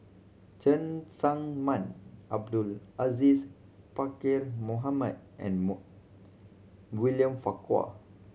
Cheng Tsang Man Abdul Aziz Pakkeer Mohamed and William Farquhar